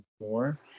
more